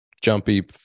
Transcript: jumpy